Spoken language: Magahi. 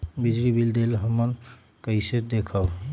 बिजली बिल देल हमन कईसे देखब?